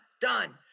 done